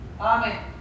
Amen